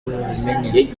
babimenye